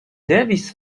devis